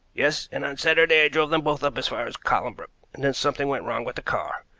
yes, and on saturday i drove them both up as far as colnbrook, and then something went wrong with the car.